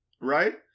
right